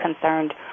concerned